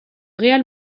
real